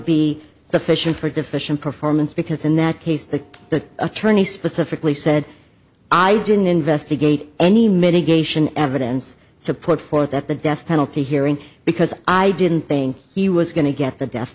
be sufficient for deficient performance because in that case the the attorney specifically said i didn't investigate any mitigation evidence support for that the death penalty hearing because i didn't think he was going to get the death